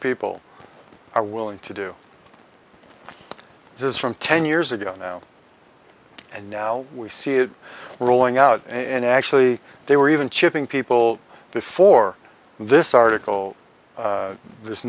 people are willing to do this is from ten years ago now and now we see it rolling out and actually they were even chipping people before this article this